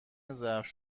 ظرف